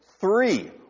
Three